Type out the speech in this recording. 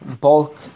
bulk